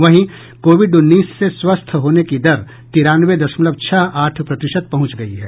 वहीं कोविड उन्नीस से स्वस्थ होने की दर तिरानवे दशमलव छह आठ प्रतिशत पहुंच गई है